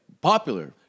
popular